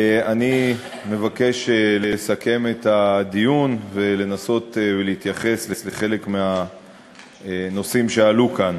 אני מבקש לסכם את הדיון ולנסות להתייחס לחלק מהנושאים שעלו כאן.